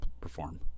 perform